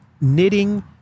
knitting